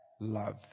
Love